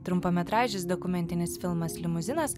trumpametražis dokumentinis filmas limuzinas